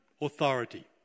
authority